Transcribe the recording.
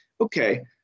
Okay